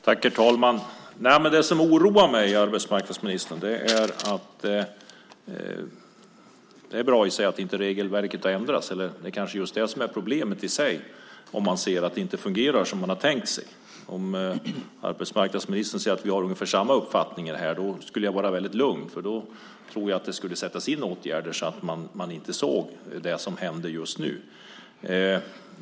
Herr talman! Visst är det bra att regelverket inte har ändrats, men det kanske är just det som är problemet i sig, om man ser att det inte fungerar som man har tänkt sig. Arbetsmarknadsministern säger att vi har ungefär samma uppfattning här, och om det vore så skulle jag kunna vara lugn, för då tror jag att det skulle sättas in åtgärder så att vi inte skulle behöva se sådant som händer just nu.